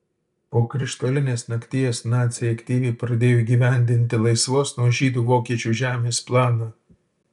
po krištolinės nakties naciai aktyviai pradėjo įgyvendinti laisvos nuo žydų vokiečių žemės planą